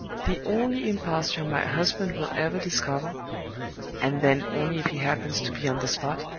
the only imposture my husband will ever discover and then only if he happens to be on the spot